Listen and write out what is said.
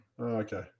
okay